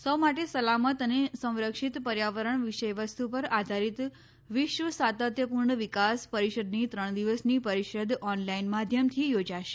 સૌ માટે સલામત અને સંરક્ષિત પર્યાવરણ વિષય વસ્તુ પર આધારિત વિશ્વ સાતત્યપૂર્ણ વિકાસ પરિષદની ત્રણ દિવસની પરિષદ ઓનલાઇન માધ્યમથી યોજાશે